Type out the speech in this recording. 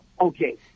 Okay